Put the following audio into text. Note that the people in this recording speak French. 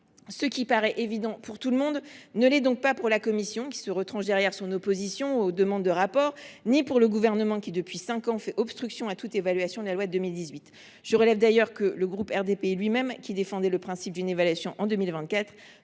Ce qui paraît évident pour tout le monde ne l’est donc ni pour la commission des lois, qui se retranche derrière le rejet habituel des demandes de rapport, ni pour le Gouvernement, qui, depuis cinq ans, fait obstruction à toute évaluation de la loi de 2018. Je relève d’ailleurs que le groupe RDPI lui même, qui défendait le principe d’une évaluation en 2024,